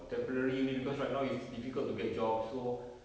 temporary only because right now it's difficult to get jobs so